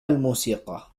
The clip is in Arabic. الموسيقى